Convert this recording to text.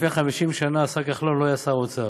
לפני 50 שנה השר כחלון לא היה שר אוצר.